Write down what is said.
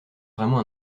vraiment